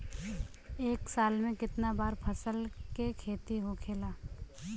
एक साल में कितना बार फसल के खेती होखेला?